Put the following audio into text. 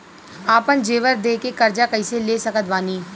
आपन जेवर दे के कर्जा कइसे ले सकत बानी?